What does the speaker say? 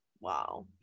wow